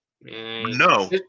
No